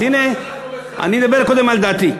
אז הנה, אני מדבר קודם על דעתי.